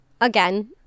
again